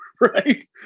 Right